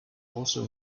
also